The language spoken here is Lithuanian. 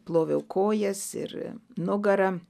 ploviau kojas ir nugarą